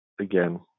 again